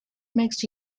makes